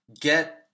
get